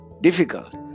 difficult